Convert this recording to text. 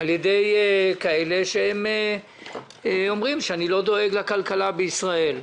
על ידי מי שאומרים שאני לא דואג לכלכלה בישראל.